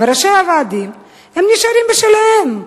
וראשי הוועדים, הם נשארים בשלהם.